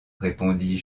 répondit